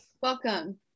Welcome